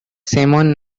simon